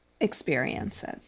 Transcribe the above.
experiences